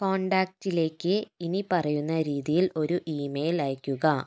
കോൺടാക്റ്റിലേക്ക് ഇനിപ്പറയുന്ന രീതിയിൽ ഒരു ഇമെയില് അയയ്ക്കുക